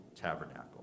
tabernacle